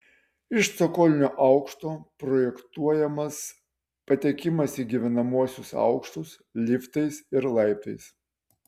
iš cokolinio aukšto projektuojamas patekimas į gyvenamuosius aukštus liftais ir laiptais